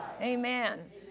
Amen